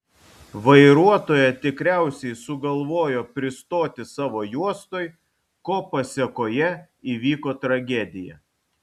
vairuotoja tikriausiai sugalvojo pristoti savo juostoj ko pasėkoje įvyko tragedija